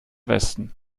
westen